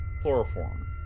chloroform